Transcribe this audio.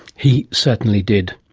he certainly did,